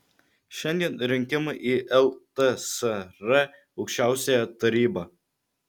šiandien rinkimai į ltsr aukščiausiąją tarybą